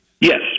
Yes